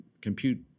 Compute